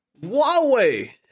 Huawei